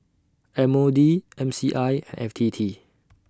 M O D M C I and F T T